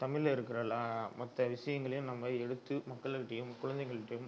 தமிழில் இருக்கிற லா மற்ற விஷயங்களையும் நம்ம எடுத்து மக்களுக்கிட்டையும் குழந்தைகள்ட்டையும்